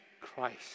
Christ